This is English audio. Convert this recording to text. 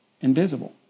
invisible